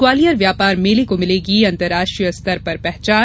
ग्वालियर व्यापार मेले को मिलेगी अंतरराष्ट्रीय स्तर पर पहचान